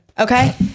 Okay